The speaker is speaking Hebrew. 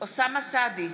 אוסאמה סעדי,